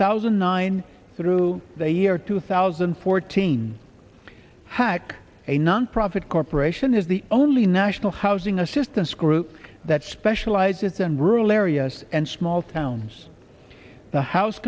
thousand nine hundred the year two thousand and fourteen hack a nonprofit corporation is the only national housing assistance group that specializes in rural areas and small towns the house